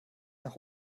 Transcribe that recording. nach